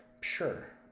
Sure